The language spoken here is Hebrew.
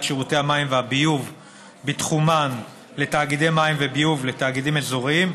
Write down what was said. שירותי המים והביוב בתחומן לתאגידי מים וביוב ולתאגידים אזוריים,